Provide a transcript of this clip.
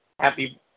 happy